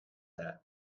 that